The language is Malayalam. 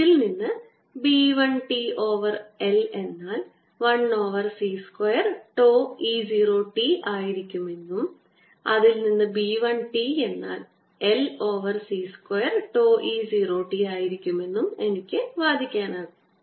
ഇതിൽ നിന്ന് B 1 t ഓവർ l എന്നാൽ 1 over C square τ E 0 t ആകുമെന്നും അതിൽ നിന്ന് B 1 t എന്നാൽ l over C square τ E 0 t ആയിരിക്കുമെന്നും എനിക്ക് വാദിക്കാനാകും